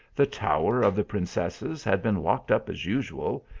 the tower of the princesses had been locked up as usual,